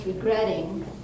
regretting